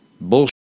bullshit